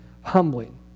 humbling